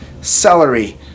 celery